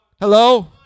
Hello